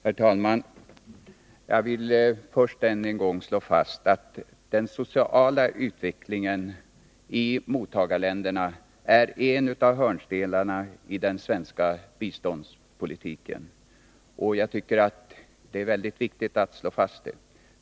Herr talman! Jag vill först än en gång slå fast att den sociala utvecklingen i mottagarländerna är en av hörnstenarna i den svenska biståndspolitiken, och jag tycker det är mycket viktigt att slå fast detta.